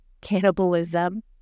cannibalism